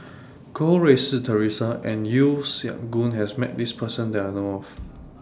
Goh Rui Si Theresa and Yeo Siak Goon has Met This Person that I know of